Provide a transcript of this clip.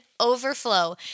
overflow